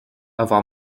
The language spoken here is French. avoir